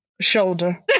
Shoulder